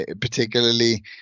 particularly